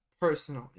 personally